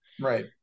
Right